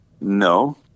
no